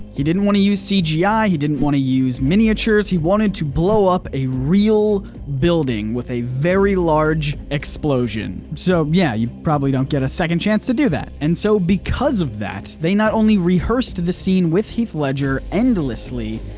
he didn't want to cgi, ah he didn't want to use miniatures. he wanted to blow up a real building with a very large explosion. so yeah, you probably don't get a second chance to do that. and so because of that, they not only rehearsed the scene with heath ledger endlessly,